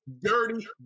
dirty